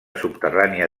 subterrània